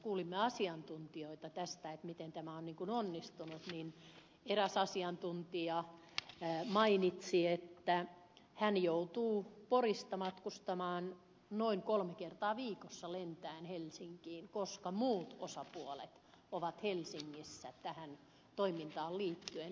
kun tarkastusvaliokunnassa kuulimme asiantuntijoilta miten tämä on onnistunut mainitsi eräs heistä että joutuu porista matkustamaan noin kolme kertaa viikossa lentäen helsinkiin koska muut osapuolet tähän toimintaan liittyen ovat helsingissä